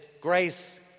grace